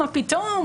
מה פתאום,